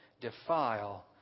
defile